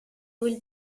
will